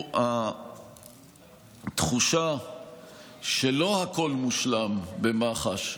התחושה שלא הכול מושלם במח"ש,